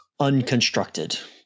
unconstructed